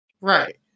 Right